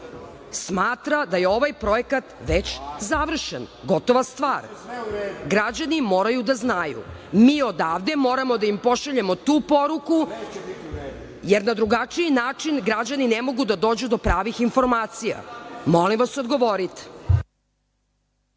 smatra da je ovaj projekat već završen, gotova stvar? Građani moraju da znaju. Mi odavde moramo da im pošaljemo tu poruku, jer na drugačiji način građani ne mogu da dođu do pravih informacija. Molim vas, odgovorite.